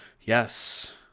Yes